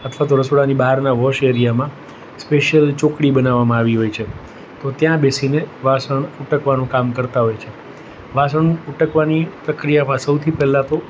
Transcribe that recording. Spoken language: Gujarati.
અથવા તો રસોડાની બહારના વૉશ એરિયામાં સ્પેશ્યલ ચોકડી બનાવવામાં આવી હોય છે તો ત્યાં બેસીને વાસણ ઉટકવાનું કામ કરતાં હોય છે વાસણ ઉટકવાની પ્રક્રિયામાં સૌથી પહેલાં તો